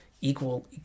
equal